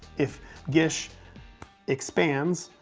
if gish expands,